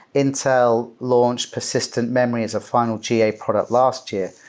intel launched persistent memories of final ga product last year.